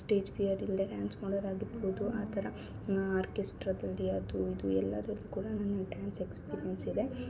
stage fear ಇಲ್ದೇ dance ಮಾಡೋದು ಆಗಿರ್ಬೌದು ಆ ತರ ಆರ್ಕಿಸ್ಟ್ರದಲ್ಲಿ ಅದು ಇದು ಎಲ್ಲದ್ರಲ್ಲೂ ಕೂಡ ನನ್ನ ಡ್ಯಾನ್ಸ್ ಎಕ್ಸ್ಪಿರಿಯನ್ಸ್ ಇದೆ